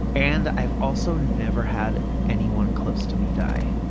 and i've also never had anyone close to me die.